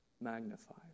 magnified